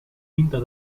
vinta